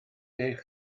eich